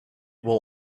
will